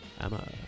Emma